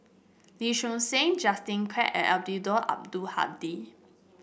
Lee Choon Seng Justin Quek and Eddino Abdul Hadi